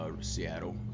Seattle